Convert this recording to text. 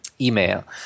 email